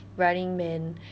running man